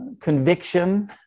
conviction